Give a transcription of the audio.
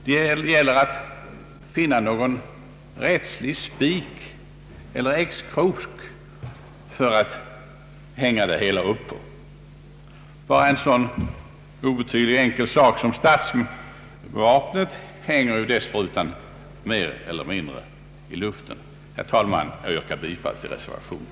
Det gäller att finna någon rättslig spik eller x-krok att hänga upp det hela på. Bara en sådan obetydlig sak som stadsvapnet hänger eljest mer eller mindre i luften. Herr talman! Jag yrkar bifall till reservationen.